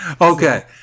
Okay